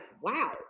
wow